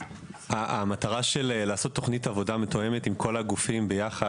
המטרה תוכנית עבודה מתואמת עם כל הגופים יחד